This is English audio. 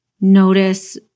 notice